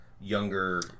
younger